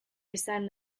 esan